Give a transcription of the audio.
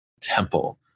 temple